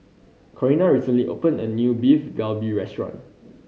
Corrina recently opened a new Beef Galbi Restaurant